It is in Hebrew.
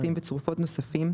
פרטים וצרופות נוספים,